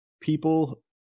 people